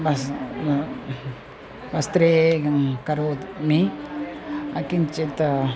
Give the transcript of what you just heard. वस् वस्त्रे इदं करोमि किञ्चित्